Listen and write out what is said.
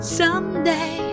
someday